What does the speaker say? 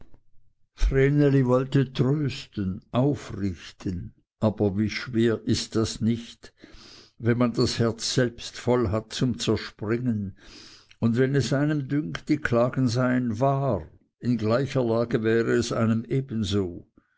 wollte trösten aufrichten aber wie schwer ist das nicht wenn man das herz selbst voll hat zum zerspringen und wenn es einem dünkt die klagen seien wahr in gleicher lage wäre es einem ebenso